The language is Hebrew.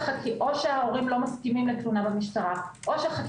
או שההורים לא מסכימים לתלונה במשטרה או שתיק